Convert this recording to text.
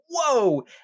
whoa